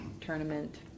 tournament